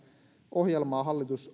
ohjelmaa hallitus